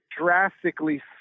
drastically